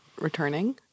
returning